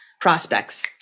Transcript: prospects